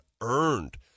earned